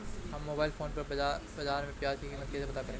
हम mobile phone पर बाज़ार में प्याज़ की कीमत कैसे पता करें?